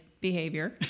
Behavior